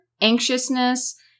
anxiousness